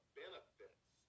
benefits